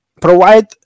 provide